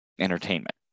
entertainment